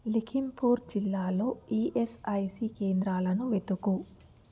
లిఖింపూర్ జిల్లాలో ఇయస్ఐసి కేంద్రాలను వెతుకు